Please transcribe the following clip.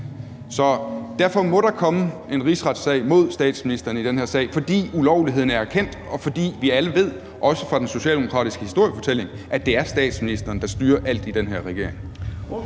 Derfor må der komme en rigsretssag mod statsministeren i den her sag, fordi ulovligheden er erkendt, og fordi vi alle ved, også fra den socialdemokratiske historiefortælling, at det er statsministeren, der styrer alt i den her regering.